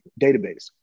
database